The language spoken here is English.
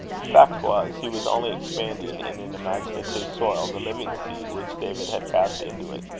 the fact was, he was only expanding, in an imaginative soil, the living seed which david had cast into it.